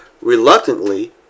reluctantly